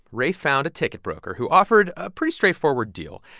ray found a ticket broker who offered a pretty straightforward deal.